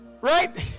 right